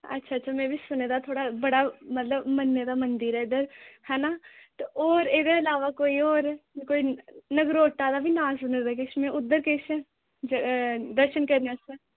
अच्छा अच्छा में बी सुने दा थोड़ा बड़ा मतलब मन्ने दा मंदर ऐ इद्धर है ना ते होर एहदे अलावा कोई होर कोई नगरोटा दा बी नांऽ सुने दा किश में उद्धर किश दर्शन करने आस्तै